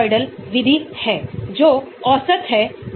hydrolysis को बुनियादी और अम्लीय स्थिति के तहत मापा जाता है